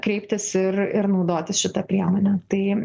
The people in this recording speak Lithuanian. kreiptis ir ir naudotis šita priemone tai